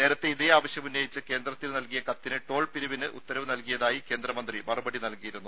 നേരത്തെ ഇതേ ആവശ്യമുന്നയിച്ച് കേന്ദ്രത്തിന് നൽകിയ കത്തിന് ടോൾ പിരിവിന് ഉത്തരവ് നൽകിയതായി കേന്ദ്രമന്ത്രി മറുപടി നൽകിയിരുന്നു